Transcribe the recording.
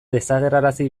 desagerrarazi